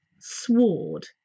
SWORD